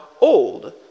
old